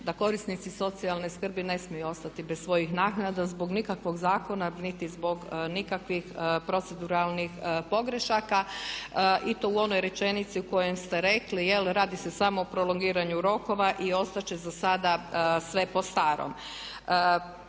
da korisnici socijalne skrbi ne smiju ostati bez svojih naknada zbog nikakvog zakona niti zbog nikakvih proceduralnih pogrešaka i to u onoj rečenici u kojoj ste rekli, jel, radi se samo o prolongiranju rokova i ostat će za sada sve po starom.